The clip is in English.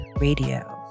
Radio